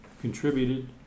contributed